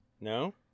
No